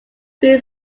three